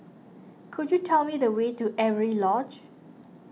could you tell me the way to Avery Lodge